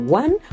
one